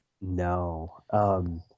No